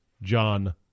john